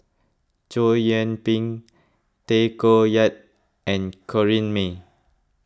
Chow Yian Ping Tay Koh Yat and Corrinne May